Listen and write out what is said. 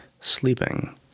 sleeping